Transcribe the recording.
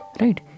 right